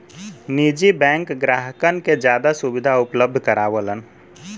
निजी बैंक ग्राहकन के जादा सुविधा उपलब्ध करावलन